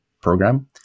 program